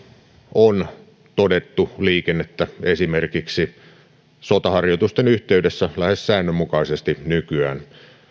on todettu liikennettä esimerkiksi sotaharjoitusten yhteydessä lähes säännönmukaisesti nykyään